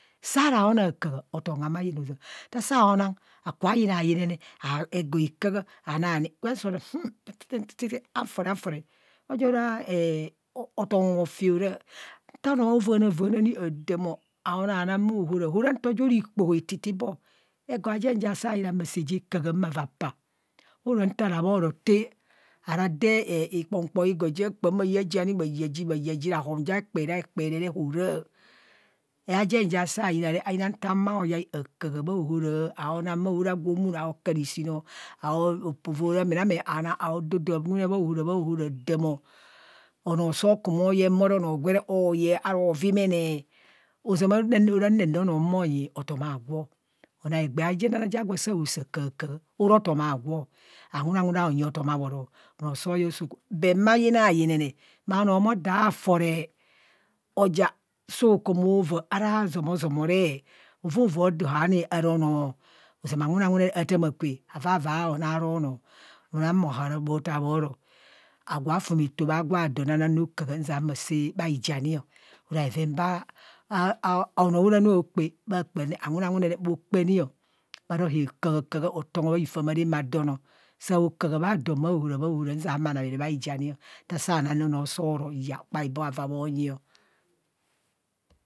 Saara haona akaha otom hama yina ozama nta sauna akuba yina yinene ego hakaha anaani gwen soaro hanforee hanforee oja oraa er otom hofi oraa nta agwo aokaana vaana nio adaamọ aonana bhaohora ora nto ja oraa ikpoho ititibho ego ajen ja saa yina maa saa je kahaa maa vaa paa or a nta ra bhoro taa ara dee ikpọọkpọọ igo kpam bha yaafi ani bha yaa ji rahon ja kpereee a kpere horaa, ajen ja saa yina re ayina nta humo ayai akaha bhaohora aana bhaohora ora gwo humono aoka ishii no opoo vora merame aana aododoa wunne bhaohara bhaohara adaam anoo soo ku mo ye mo re anoo gwe re oo ye oo vimene ozama ara ne ne re onoo ohumo onyi otom agwo. ana egbee ajenana ja gwo asaa saa akahakaha ora otom agwo, awunowune aanyi otom abhoro but ma yinayinene maa onoo omooda foree oja soo ko mova ara zomozomo re ozama awunawune ataa kwe awaawa anaa ara onoo no nan bhahara bho taa moo ro agwo a fumeto bha gwa don anan rokaha nzia ma saa bhaujani ara bhaven baa a onooara ni okpa, hokahakaha hotonho bha ramaadon o ma rosaa bhaijani o nzia bha noo bha kpaiboo bho nyio